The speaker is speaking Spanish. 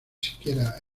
siquiera